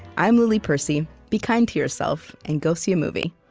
i'm lily percy. be kind to yourself and go see a movie